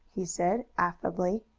he said, affably.